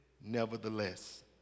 nevertheless